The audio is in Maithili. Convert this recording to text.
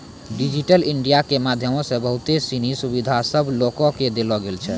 डिजिटल इंडिया के माध्यमो से बहुते सिनी सुविधा सभ लोको के देलो गेलो छै